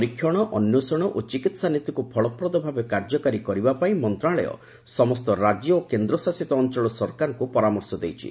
ପରୀକ୍ଷଣ ଅନ୍ୱେଷଣ ଓ ଚିକିହା ନୀତିକୁ ଫଳପ୍ରଦ ଭାବେ କାର୍ଯ୍ୟକାରୀ କରିବା ପାଇଁ ମନ୍ତ୍ରଣାଳୟ ସମସ୍ତ ରାଜ୍ୟ ଓ କେନ୍ଦ୍ରଶାସିତ ଅଞ୍ଚଳ ସରକାରଙ୍କ ପରାମର୍ଶ ଦେଇଛି